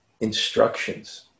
Instructions